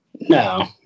No